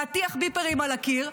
להטיח ביפרים על הקיר,